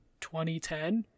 2010